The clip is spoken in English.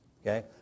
okay